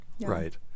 Right